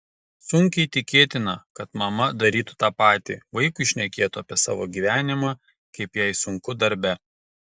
sunkiai tikėtina kad mama darytų tą patį vaikui šnekėtų apie savo gyvenimą kaip jai sunku darbe